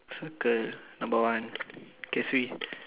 circle number one okay three